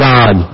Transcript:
God